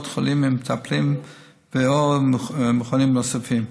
החולים עם מטפלים ו/או מכונים נוספים.